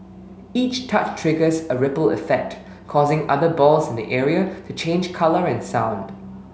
each touch triggers a ripple effect causing other balls in the area to change colour and sound